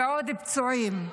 ועוד פצועים.